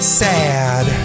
sad